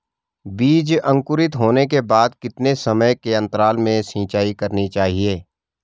बीज अंकुरित होने के बाद कितने समय के अंतराल में सिंचाई करनी चाहिए?